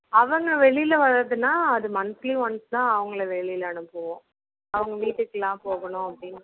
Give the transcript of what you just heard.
அவங்க வெளியில் வர்றதுன்னா அது மந்த்லி ஒன்ஸ் தான் அவங்கள வெளியில் அனுப்புவோம் அவங்க வீட்டுக்கெல்லாம் போகணும் அப்படின்னு